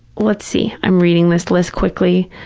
let's see. i'm reading this list quickly.